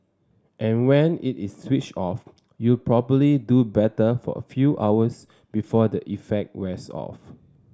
and when it is switched off you probably do better for a few hours before the effect wears off